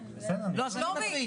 קודם כל,